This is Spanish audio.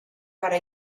para